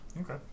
okay